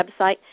website